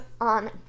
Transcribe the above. on